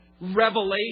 revelation